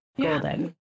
golden